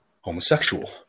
homosexual